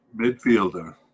midfielder